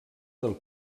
del